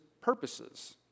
purposes